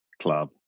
club